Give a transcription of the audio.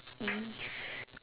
if